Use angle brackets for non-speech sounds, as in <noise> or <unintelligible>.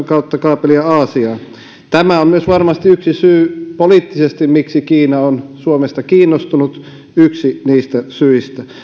<unintelligible> kautta kaapelia aasiaan tämä on varmasti myös yksi syy poliittisesti miksi kiina on suomesta kiinnostunut yksi niistä syistä